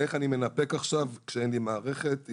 איך אני מנפק עכשיו כשאין לי מערכת.